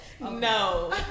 No